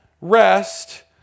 rest